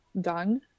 done